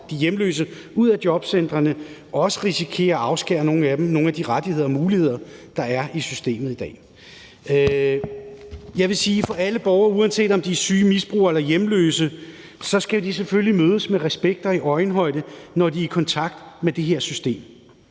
de hjemløse ud af jobcentrene risikerer at afskære nogle af dem fra nogle af de rettigheder og muligheder, der er i systemet i dag. Jeg vil sige, at alle borgere, uanset om de er syge, misbrugere eller hjemløse, selvfølgelig skal mødes med respekt og i øjenhøjde, når de er i kontakt med det her system